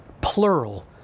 plural